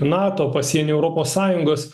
nato pasieny europos sąjungos